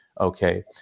Okay